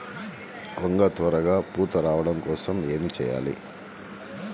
వంగ త్వరగా పూత రావడం కోసం ఏమి చెయ్యాలి?